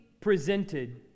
presented